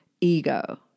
ego